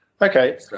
okay